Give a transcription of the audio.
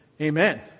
Amen